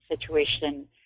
situation